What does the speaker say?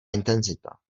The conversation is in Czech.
intenzita